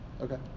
okay